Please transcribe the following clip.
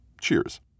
cheers